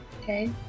Okay